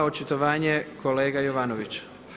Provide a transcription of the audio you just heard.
Očitovanje kolega Jovanović.